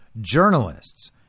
journalists